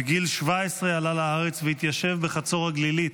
בגיל 17 עלה לארץ והתיישב בחצור הגלילית.